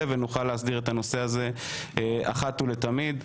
ונוכל להסדיר את הנושא הזה אחת ולתמיד.